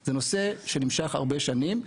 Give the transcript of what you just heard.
זה נושא שנמשך הרבה מאוד שנים.